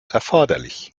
erforderlich